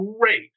great